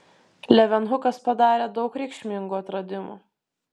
levenhukas padarė daug reikšmingų atradimų